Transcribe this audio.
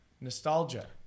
Nostalgia